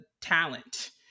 talent